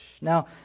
Now